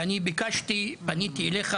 ואני פניתי אליך,